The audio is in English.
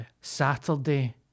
Saturday